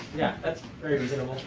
yeah, that's very reasonable.